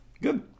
Good